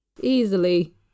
easily